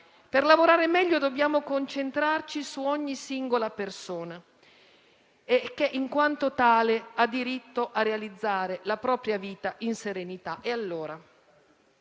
Per lavorare meglio dobbiamo concentrarci su ogni singola persona che, in quanto tale, ha diritto a realizzare la propria vita in serenità. E allora,